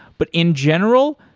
but in general,